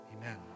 Amen